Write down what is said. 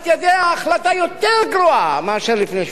החלטה יותר גרועה מאשר לפני שבועיים.